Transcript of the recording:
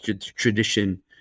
tradition